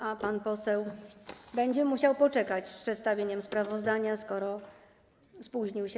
a pan poseł będzie musiał poczekać z przedstawieniem sprawozdania, skoro spóźnił się